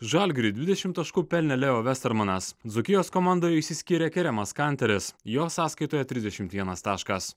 žalgiriui dvidešimt taškų pelnė leo vestarmanas dzūkijos komandoje išsiskyrė keremas kanteris jo sąskaitoje trisdešimt vienas taškas